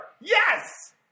Yes